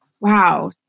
wow